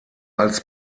als